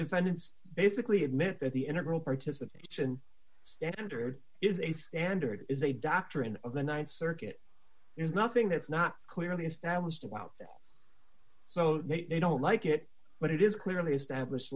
defendant's basically admit that the integral participation standard is a standard is a doctrine of the th circuit there's nothing that's not clearly established to out so they don't like it but it is clearly establish